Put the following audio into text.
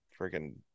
freaking